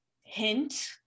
Hint